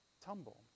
tumble